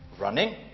running